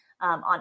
on